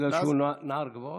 בגלל שהוא נער גבעות?